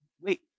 Wait